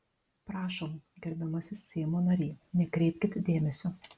prašom gerbiamasis seimo nary nekreipkit dėmesio